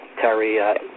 Terry